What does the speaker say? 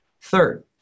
Third